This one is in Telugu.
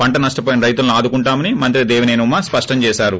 పంట నష్షపోయిన రైతులను ఆదుకుంటామని మంత్రి దేవిసేని ఉమ స్పష్టం చేశారు